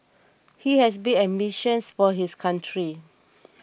he has big ambitions for his country